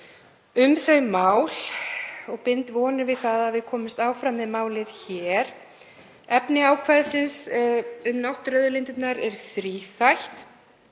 um þau mál og bind vonir við að við komumst áfram með málið hér. Efni ákvæðisins um náttúruauðlindirnar er þríþætt.